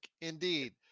indeed